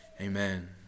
Amen